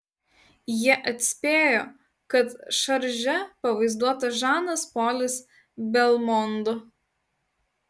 jie atspėjo kad šarže pavaizduotas žanas polis belmondo